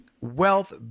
wealth